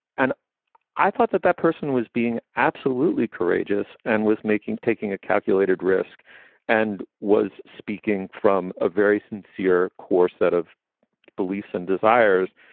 and i thought that that person was being absolutely courageous and was making taking a calculated risk and was speaking from a very sincere core set of beliefs and desires.